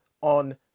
on